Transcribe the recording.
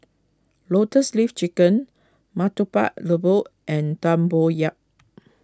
Lotus Leaf Chicken Murtabak Lembu and Tempoyak